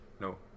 No